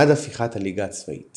עד הפיכת הליגה הצבאית